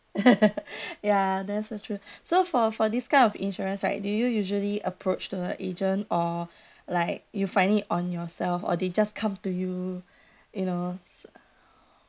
ya that's so true so for for this kind of insurance right do you usually approach a agent or like you find it on yourself or they just come to you you know